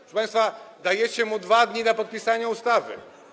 Proszę państwa, dajecie mu 2 dni na podpisanie ustawy.